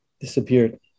Disappeared